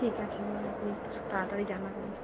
ঠিক আছে আপনি একটু তাড়াতাড়ি জানাবেন